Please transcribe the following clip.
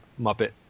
Muppet